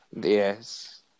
Yes